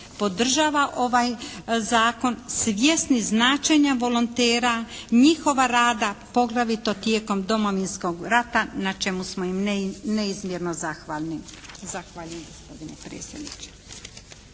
podržava ovaj zakon svjesni značenja volontera, njihova rada poglavito tijekom Domovinskog rata na čemu smo im neizmjerno zahvalni.